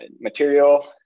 material